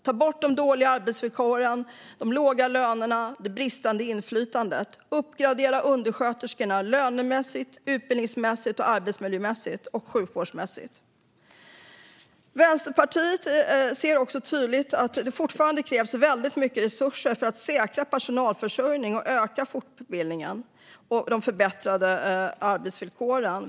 Ta bort de dåliga arbetsvillkoren, de låga lönerna och det bristande inflytandet! Undersköterskorna måste uppgraderas lönemässigt, utbildningsmässigt, arbetsmiljömässigt och sjukvårdsmässigt. Vänsterpartiet ser också tydligt att det fortfarande krävs mycket resurser för att säkra personalförsörjningen, öka fortbildningen och förbättra arbetsvillkoren.